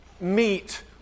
meet